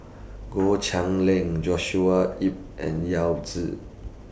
Goh Cheng Liang Joshua Ip and Yao Zi